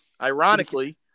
ironically